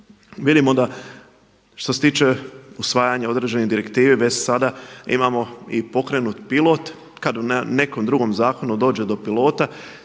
Vidimo da što se tiče usvajanja određenih direktiva već sada imamo i pokrenut pilot, kada na nekom drugom zakonu dođe do pilota